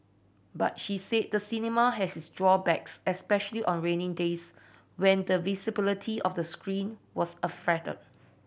but she said the cinema has its drawbacks especially on rainy days when the visibility of the screen was affected